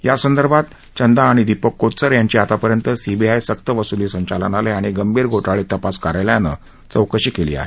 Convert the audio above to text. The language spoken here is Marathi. यासंदर्भात चंदा आणि दिपक कोचर यांची आतापर्यंत सीबीआय सक्तवसुली संचालनालय आणि गंभीर घोटाळे तपास कार्यालयानं चौकशी केली आहे